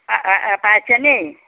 পাইছে নেকি